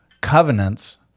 covenants